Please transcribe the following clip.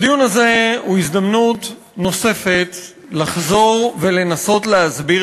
הדיון הזה הוא הזדמנות לחזור ולנסות להסביר